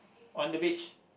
on the beach